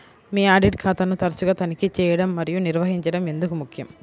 మీ audit ఖాతాను తరచుగా తనిఖీ చేయడం మరియు నిర్వహించడం ఎందుకు ముఖ్యం?